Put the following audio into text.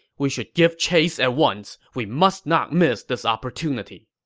we should give chase at once. we must not miss this opportunity.